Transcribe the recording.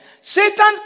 Satan